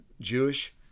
Jewish